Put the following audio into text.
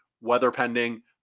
weather-pending